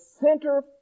center